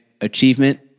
achievement